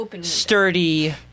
sturdy